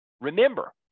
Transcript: Remember